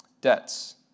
debts